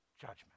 judgment